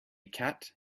cat